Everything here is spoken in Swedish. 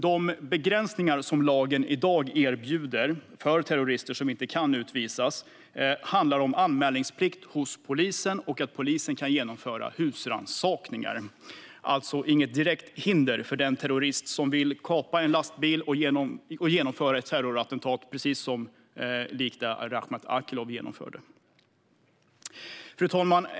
De begränsningar som lagen i dag erbjuder för terrorister som inte kan utvisas handlar om anmälningsplikt hos polisen och att polisen kan genomföra husrannsakningar. Det finns alltså inget direkt hinder för den terrorist som vill kapa en lastbil och genomföra ett terrorattentat likt det som Rakhmat Akilov genomförde. Fru talman!